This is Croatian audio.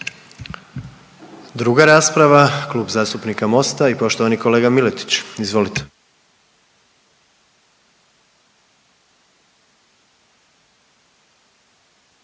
Druga rasprava, Klub zastupnika Mosta i poštovani kolega Miletić. Izvolite.